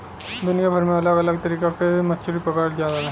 दुनिया भर में अलग अलग तरीका से मछरी पकड़ल जाला